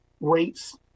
rates